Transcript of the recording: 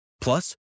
Plus